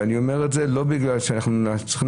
ואני אומר את זה לא בגלל שאנחנו צריכים